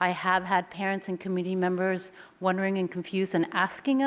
i have had parents and community members wondering and confused and asking